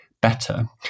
better